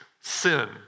sin